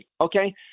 Okay